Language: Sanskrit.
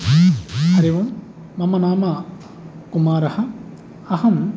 हरिः ओम् मम नाम कुमारः अहम्